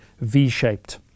V-shaped